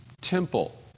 temple